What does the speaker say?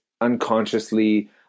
unconsciously